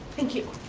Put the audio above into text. thank you.